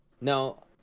No